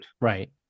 Right